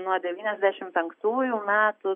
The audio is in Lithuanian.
nuo devyniasdešimt penktųjų metų